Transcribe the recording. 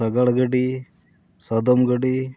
ᱥᱟᱜᱟᱲ ᱜᱟᱹᱰᱤ ᱥᱟᱫᱚᱢ ᱜᱟᱹᱰᱤ